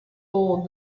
bowled